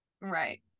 Right